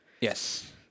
Yes